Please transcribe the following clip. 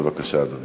בבקשה, אדוני.